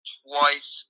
twice